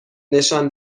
نشان